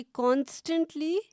constantly